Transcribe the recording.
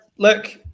Look